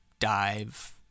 dive